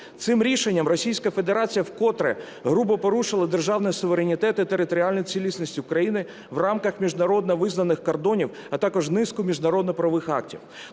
Федерація вкотре грубо порушила державний суверенітет і територіальну цілісність України в рамках міжнародно визнаних кордонів, а також низку міжнародно-правових актів.